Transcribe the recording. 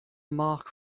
mark